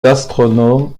astronomes